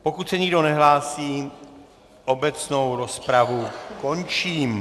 Pokud se nikdo nehlásí, obecnou rozpravu končím.